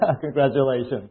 congratulations